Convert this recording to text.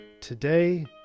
Today